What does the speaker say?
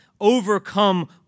overcome